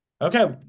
Okay